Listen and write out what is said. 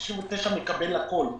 ו-399 מקבל הכול.